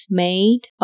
made